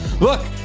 Look